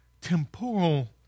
temporal